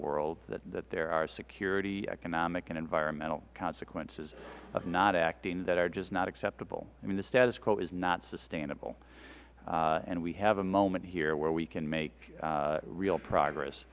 world that there are security economic and environmental consequences of not acting that are just not acceptable i mean the status quo is not sustainable and we have a moment here where we can make real progress